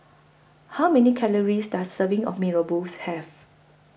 How Many Calories Does A Serving of Mee Rebus Have